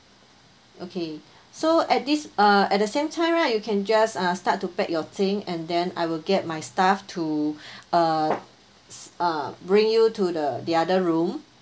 okay so at this uh at the same time right you can just uh start to pack your thing and then I will get my staff to uh bring you to the the other room